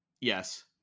Yes